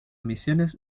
misiones